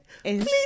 Please